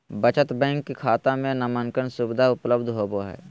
बचत बैंक खाता में नामांकन सुविधा उपलब्ध होबो हइ